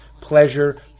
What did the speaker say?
pleasure